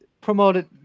promoted